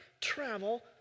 travel